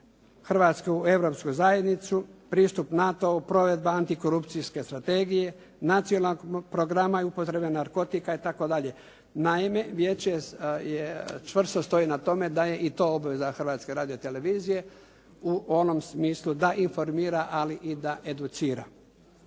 Hrvatske u Europsku zajednicu, pristup NATO-u, provedba antikorupcijske strategije, nacionalnog programa upotrebe narkotika i tako dalje. Naime, vijeće čvrsto stoji na tome da je i to obveza Hrvatske radiotelevizije u onom smislu da informira, ali i da educira.